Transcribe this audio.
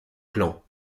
clan